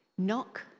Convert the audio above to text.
knock